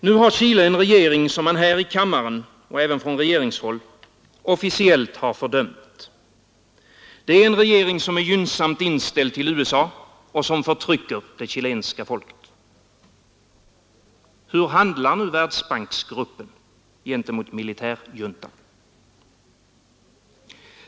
Nu har Chile en regering som man här i kammaren och även från regeringshåll officiellt har fördömt. Det är en regering som är gynnsamt inställd till USA och som förtrycker det chilenska folket. Hur handlar nu Världsbanksgruppen gentemot militärjuntan?